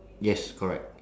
yes correct